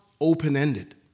open-ended